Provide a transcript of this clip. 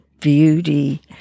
beauty